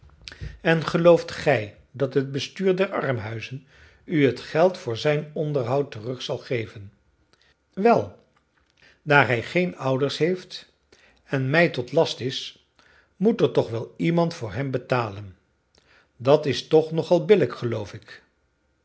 en gelooft gij dat het bestuur der armhuizen u het geld voor zijn onderhoud terug zal geven wel daar hij geen ouders heeft en mij tot last is moet er toch wel iemand voor hem betalen dat is toch nog al billijk geloof ik